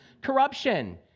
corruption